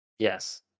Yes